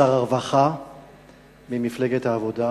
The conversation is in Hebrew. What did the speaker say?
שר הרווחה ממפלגת העבודה,